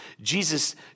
Jesus